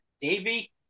Davey